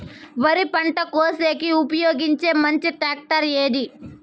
వరి పంట కోసేకి ఉపయోగించే మంచి టాక్టర్ ఏది?